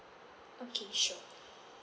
okay sure